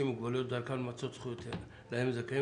עם מוגבלויות בדרכם למצות את הזכויות להן הם זכאים.